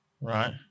Right